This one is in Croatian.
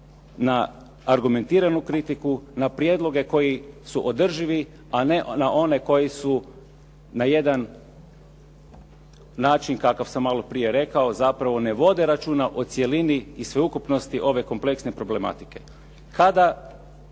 na argumentiranu kritiku, na prijedloge koji su održivi, a ne na one koji su na jedan način kakav sam malo prije rekao zapravo ne vode računa o cjelini i sveukupnosti ove kompleksne problematike. Kada